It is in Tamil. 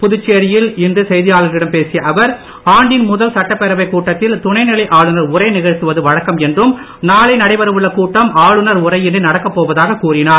புதுச்சேரியில் அன்பழகன் இன்று செய்தியாளர்களுடன் பேசிய அவர் ஆண்டின் முதல் சட்டப்பேரவைக் கூட்டத்தில் துணைநிலை ஆளுநர் உரை நிகழ்த்துவது வழக்கம் என்றும் நாளை நடைபெறவுள்ள கூட்டம் ஆளுநர் உரையின்றி நடக்க போவதாக கூறினார்